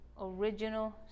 original